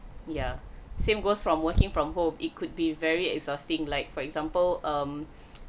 ya same goes from working from home it could be very exhausting like for example um